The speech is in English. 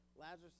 Lazarus